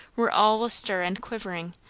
were all astir and quivering,